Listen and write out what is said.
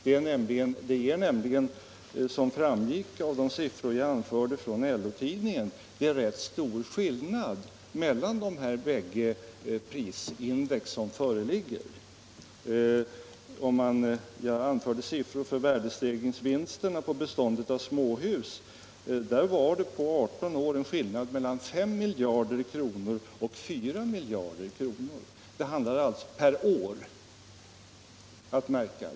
Det är nämligen, som framgick av de siffror jag anförde från LO-tidningen, rätt stor skillnad mellan de bägge prisindex som föreligger. Jag anförde siffrorna för värdestegringsvinsterna för småhusbeståndet. Det var på 18 år skillnaden mellan 5 miljarder och 4 miljarder kronor — märk väl per år.